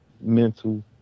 mental